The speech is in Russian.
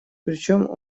причем